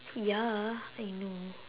ya I know